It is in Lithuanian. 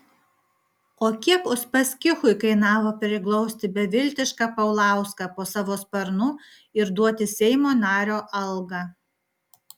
o kiek uspaskichui kainavo priglausti beviltišką paulauską po savo sparnu ir duoti seimo nario algą